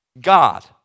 God